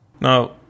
Now